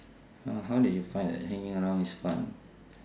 oh how did you find that hanging around is fun